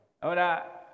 Ahora